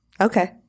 Okay